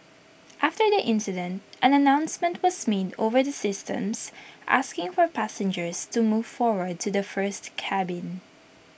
after the incident an announcement was made over the systems asking for passengers to move forward to the first cabin